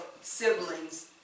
siblings